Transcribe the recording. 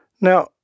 Now